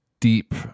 deep